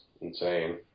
insane